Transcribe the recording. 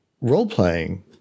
role-playing